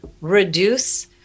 reduce